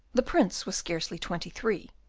the prince was scarcely twenty-three,